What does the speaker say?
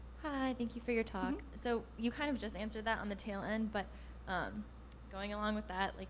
hi, thank you for your talk. so, you kind of just answered that on the tail end, but um going along with that, like